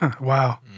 Wow